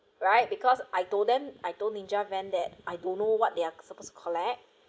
right because I told them I told ninja van that I don't know what they are supposed to collect